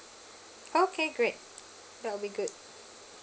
okay great that will be good